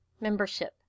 membership